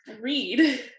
Read